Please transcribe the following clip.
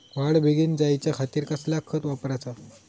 वाढ बेगीन जायच्या खातीर कसला खत वापराचा?